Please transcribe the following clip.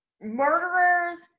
murderers